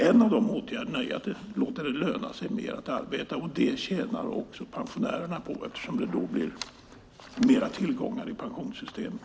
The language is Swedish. En av dessa åtgärder är att låta det löna sig mer att arbeta. Det tjänar också pensionärerna på eftersom det då blir mera tillgångar i pensionssystemet.